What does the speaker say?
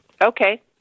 okay